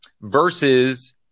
versus